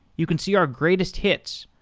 you can see our greatest hits,